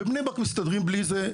בבני ברק מסתדרים בלי זה.